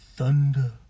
Thunder